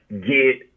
get